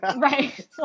Right